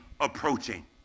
approaching